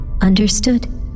Understood